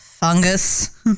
Fungus